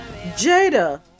Jada